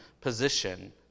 position